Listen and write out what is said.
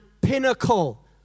pinnacle